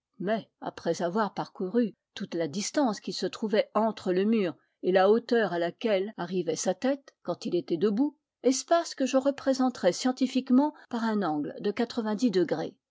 mais après avoir parcouru toute la distance qui se trouvait entre le mur et la hauteur à laquelle arrivait sa tête quand il était debout espace que je représenterais scientifiquement par un angle de quatrevingt dix degrés